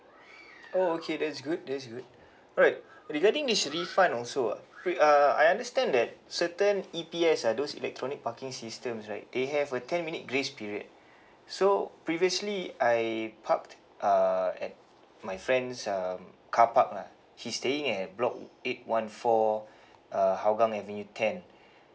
oh okay that's good that's good alright regarding this refund also ah great uh I understand that certain E_P_S ah those electronic parking systems right they have a ten minute grace period so previously I parked uh at my friend's um carpark lah he staying at block eight one four uh hougang avenue ten